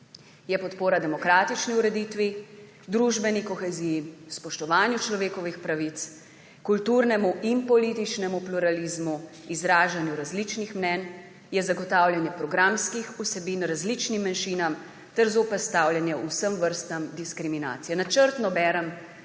Je podpora demokratični ureditvi, družbeni koheziji, spoštovanju človekovih pravic, kulturnemu in političnemu pluralizmu, izražanju različnih mnenj, je zagotavljanje programskih vsebin različnim manjšinam ter zoperstavljanje vsem vrstam diskriminacije.« Načrtno berem